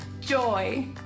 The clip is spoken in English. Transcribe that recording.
Joy